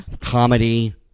Comedy